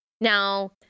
Now